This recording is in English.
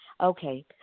Okay